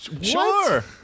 Sure